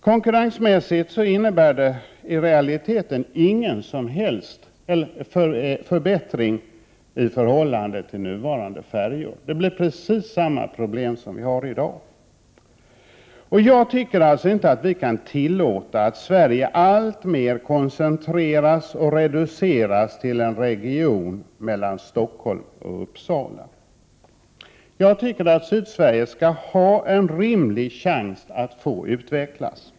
Konkurrensmässigt innebär det i realiteten ingen som helst förbättring i förhållande till nuvarande färjor. Det blir precis samma problem som vi har i dag. Jag tycker alltså inte att vi kan tillåta att Sverige alltmer koncentreras och reduceras till en region mellan Stockholm och Uppsala. Jag tycker att Sydsverige skall ha en rimlig chans att få utvecklas.